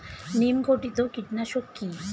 নিম ঘটিত কীটনাশক কি?